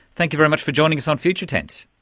thank you very much for joining us on future tense.